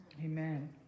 Amen